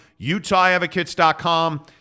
utahadvocates.com